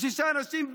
שישה אנשים,